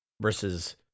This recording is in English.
versus